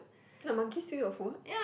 the monkey steal your food